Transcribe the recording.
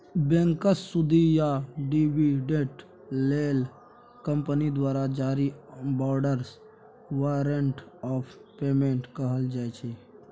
बैंकसँ सुदि या डिबीडेंड लेल कंपनी द्वारा जारी बाँडकेँ बारंट आफ पेमेंट कहल जाइ छै